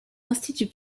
institut